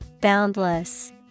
Boundless